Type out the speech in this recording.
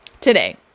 today